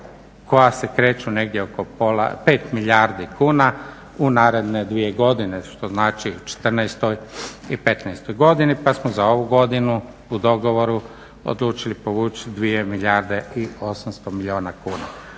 koja se kreću negdje oko 5 milijardi kuna u naredne 2 godine, što znači u 2014. i 2015. godini. Pa smo za ovu godinu u dogovoru odlučili povući 2 milijarde i 800 milijuna kuna.